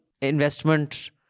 investment